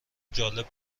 جالب